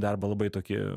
darbą labai tokį